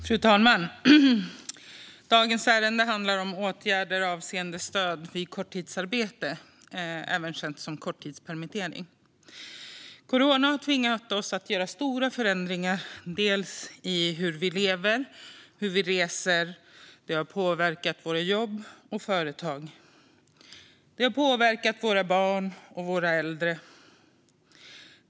Fru talman! Dagens ärende handlar om åtgärder avseende stöd vid korttidsarbete, även känt som kortidspermittering. Coronapandemin har tvingat oss att göra stora förändringar i hur vi lever och hur vi reser. Den har påverkat våra jobb och företag, liksom våra barn och våra äldre.